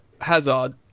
Hazard